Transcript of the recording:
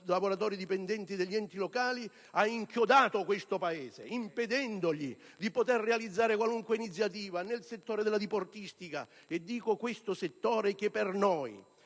locali, ha inchiodato il Paese, impedendogli di poter realizzare qualunque iniziativa nel settore della diportistica. E parlo di un settore che per noi